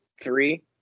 three